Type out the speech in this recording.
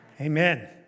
Amen